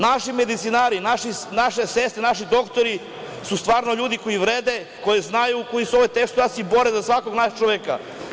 Naši medicinari, naše sestre, naši doktori su stvarno ljudi koji vrede, koji znaju, koji se u ovoj teškoj situaciji bore za svakog našeg čoveka.